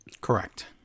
Correct